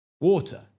water